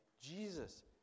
Jesus